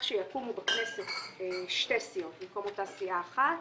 שיקומו בכנסת שתי סיעות במקום אותה סיעה אחת: